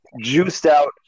juiced-out